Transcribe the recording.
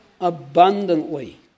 abundantly